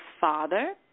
Father